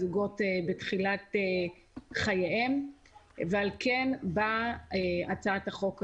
הזוגות בתחילת חייהם ועל כן באה הצעת החוק הזאת.